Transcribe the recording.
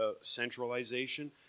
centralization